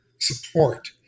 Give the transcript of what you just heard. support